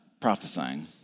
prophesying